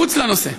מחוץ לנושא,